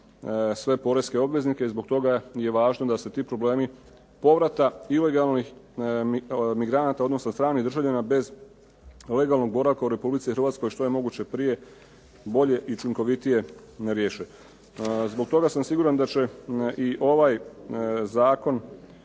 sve poreske obveznike. Zbog toga je važno da se ti problemi povrata ilegalnih migranata, odnosno stranih državljana bez legalnog boravka u RH što je moguće prije, bolje i učinkovitije riješe. Zbog toga sam siguran da će i ovaj Zakon